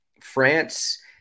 France